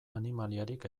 animaliarik